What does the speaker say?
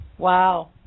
Wow